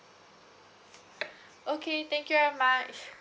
okay thank you very much